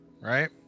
right